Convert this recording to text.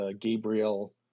Gabriel